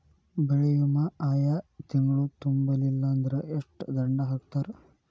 ಬೆಳೆ ವಿಮಾ ಆಯಾ ತಿಂಗ್ಳು ತುಂಬಲಿಲ್ಲಾಂದ್ರ ಎಷ್ಟ ದಂಡಾ ಹಾಕ್ತಾರ?